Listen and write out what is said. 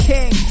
King